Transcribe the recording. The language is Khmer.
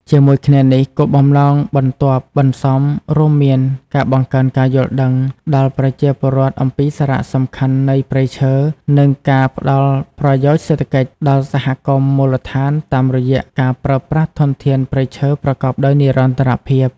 ជាមួយគ្នានេះ គោលបំណងបន្ទាប់បន្សំរួមមានការ បង្កើនការយល់ដឹង ដល់ប្រជាពលរដ្ឋអំពីសារៈសំខាន់នៃព្រៃឈើ និងការ ផ្ដល់ប្រយោជន៍សេដ្ឋកិច្ច ដល់សហគមន៍មូលដ្ឋានតាមរយៈការប្រើប្រាស់ធនធានព្រៃឈើប្រកបដោយនិរន្តរភាព។